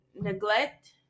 neglect